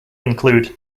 include